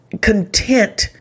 content